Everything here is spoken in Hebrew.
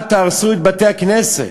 אל תהרסו את בתי-הכנסת,